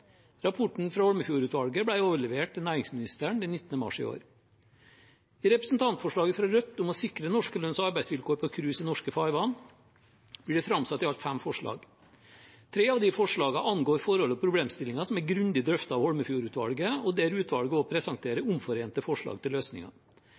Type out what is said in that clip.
Rapporten fra Holmefjord-utvalget ble overlevert til næringsministeren den 19. mars i år. I representantforslaget fra Rødt om å sikre norske lønns- og arbeidsvilkår på cruise i norske farvann blir det satt fram i alt fem forslag. Tre av de forslagene angår forhold og problemstillinger som er grundig drøftet av Holmefjord-utvalget, og der utvalget